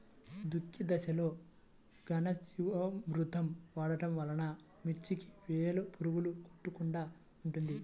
దుక్కి దశలో ఘనజీవామృతం వాడటం వలన మిర్చికి వేలు పురుగు కొట్టకుండా ఉంటుంది?